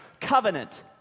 covenant